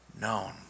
known